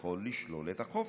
יכול לשלול את החופש.